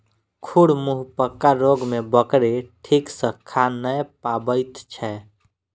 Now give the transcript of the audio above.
खुर मुँहपक रोग मे बकरी ठीक सॅ खा नै पबैत छै